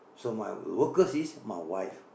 so my workers is my wife